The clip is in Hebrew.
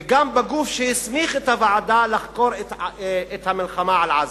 וגם בגוף שהסמיך את הוועדה לחקור את המלחמה על עזה.